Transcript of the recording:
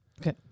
Okay